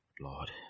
Lord